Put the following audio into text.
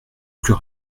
plus